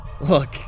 Look